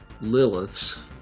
Lilith's